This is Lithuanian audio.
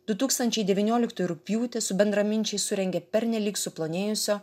du tūkstančiai devynioliktųjų rugpjūtį su bendraminčiais surengė pernelyg suplonėjusio